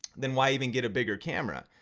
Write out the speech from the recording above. then why even get a bigger camera?